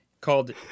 called